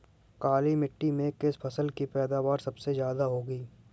काली मिट्टी में किस फसल की पैदावार सबसे ज्यादा होगी?